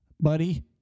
buddy